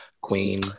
Queen